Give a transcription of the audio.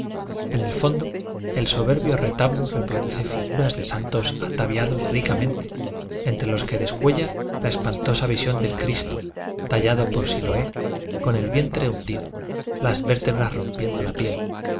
en el fondo el soberbio retablo reproduce figuras de santos ataviados rica mente entre los que descuella la espantosa visión del cristo tallado por siloe con el vientre hundido las vértebras rompiendo la piel